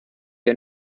ihr